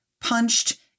punched